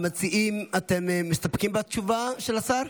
המציעים, אתם מסתפקים בתשובה של השר?